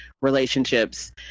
relationships